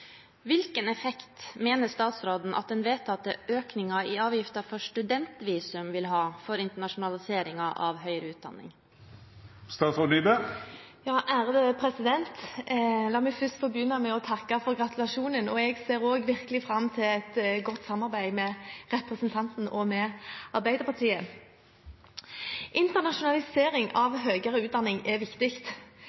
Hvilken effekt mener statsråden at den vedtatte økning i avgiften for studentvisum vil ha for internasjonaliseringen av høyere utdanning?» La meg få begynne med å takke for gratulasjonen, og jeg ser også virkelig fram til et godt samarbeid med representanten og med Arbeiderpartiet. Internasjonalisering av